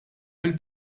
mill